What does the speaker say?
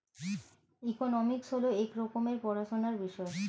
economics হল এক রকমের পড়াশোনার বিষয়